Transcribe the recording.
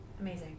Amazing